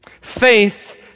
Faith